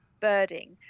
birding